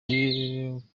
twayifotoje